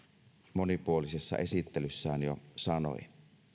monipuolisessa esittelyssään jo sanoi